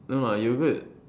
no lah yoghurt